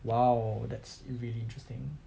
!wow! that's really interesting